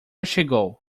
chegou